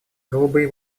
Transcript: голубые